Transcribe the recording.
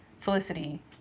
Felicity